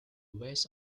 west